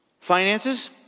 Finances